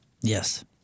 Yes